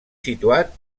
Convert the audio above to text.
situat